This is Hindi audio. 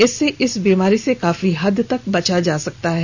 इससे इस बीमारी से काफी हद तक बचा जा सकता है